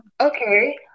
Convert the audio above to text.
okay